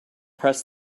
press